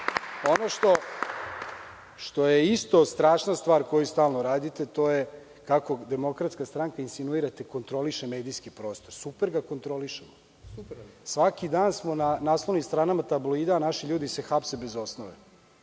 što je isto strašna stvar, koju stalno radite, a to je kako DS, insinuirate, kontroliše medijski prostor. Super ga kontrolišemo. Svaki dan smo na naslovnim stranama tabloida, a naši ljudi se hapse bez osnove.